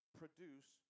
produce